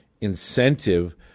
incentive